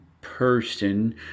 person